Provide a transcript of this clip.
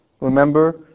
Remember